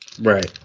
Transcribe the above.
Right